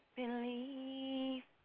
believe